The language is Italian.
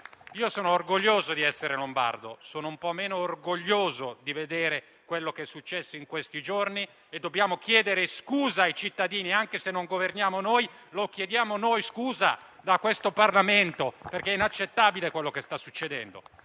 Io sono orgoglioso di essere lombardo; sono un po' meno orgoglioso di vedere quello che è successo in questi giorni, per cui dobbiamo chiedere scusa ai cittadini. Anche se non governiamo noi, chiediamo scusa, da questo Parlamento, perché quanto sta accadendo